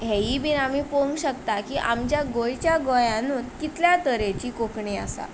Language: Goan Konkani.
हेंयी बीन आमी पोवंक शकता की आमच्या गोंयच्या गोंयांनूय कितल्या तरेची कोंकणी आसा